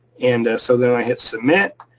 and so then i hit submit.